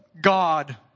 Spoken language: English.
God